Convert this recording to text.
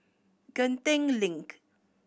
Genting Link